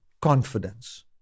confidence